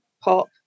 pop